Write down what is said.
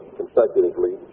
consecutively